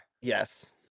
Yes